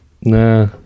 Nah